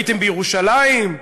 הייתם בירושלים?